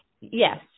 Yes